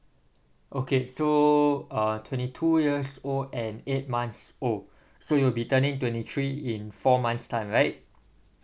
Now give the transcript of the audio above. okay so uh twenty two years old and eight months old so you'll be turning twenty three in four months time right